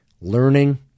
learning